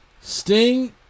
Sting